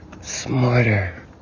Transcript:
smarter